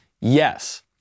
Yes